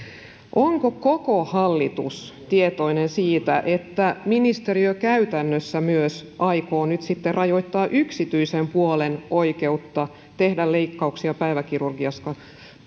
onko koko hallitus tietoinen siitä että ministeriö käytännössä aikoo myös rajoittaa yksityisen puolen oikeutta tehdä leikkauksia päiväkirurgiassa